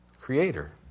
creator